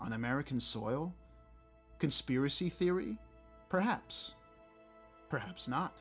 on american soil conspiracy theory perhaps perhaps not